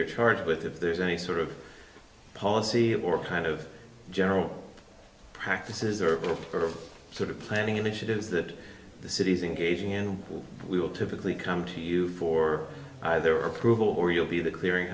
you're charged with if there's any sort of policy or kind of general practices are sort of sort of planning initiatives that the city's engaging in we will typically come to you for their approval or you'll be the clearing